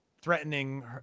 threatening